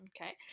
Okay